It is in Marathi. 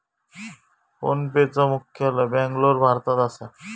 फोनपेचा मुख्यालय बॅन्गलोर, भारतात असा